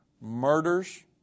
murders